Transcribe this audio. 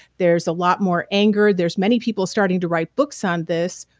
there's a lot more anger there's many people starting to write books on this,